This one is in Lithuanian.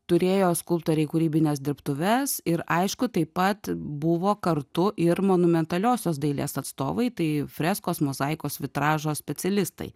turėjo skulptoriai kūrybines dirbtuves ir aišku taip pat buvo kartu ir monumentaliosios dailės atstovai tai freskos mozaikos vitražo specialistai